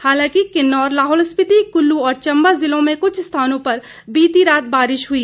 हालांकि किन्नौर लाहौल स्पीति कुल्लू और चंबा जिलों में कुछ स्थानों पर बीती रात बारिश हुई